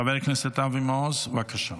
חבר הכנסת אבי מעוז, בבקשה.